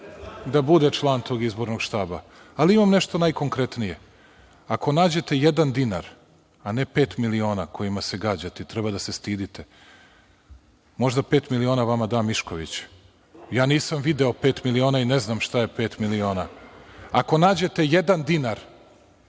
da bude član tog izbornog štaba, ali imam nešto najkonkretnije. Ako nađete jedan dinar, a ne pet miliona kojima se gađate, i treba da se stidite, možda pet miliona vama da Mišković, ja nisam video pet miliona i ne znam šta je pet miliona, ali ako nađete jedan dinar